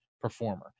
performer